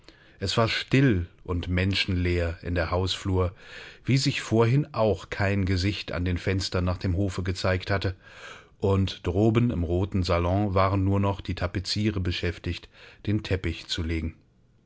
es war still und menschenleer in der hausflur wie sich vorhin auch kein gesicht an den fenstern nach dem hofe gezeigt hatte und droben im roten salon waren nur noch die tapeziere beschäftigt den teppich zu legen